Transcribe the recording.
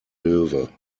löwe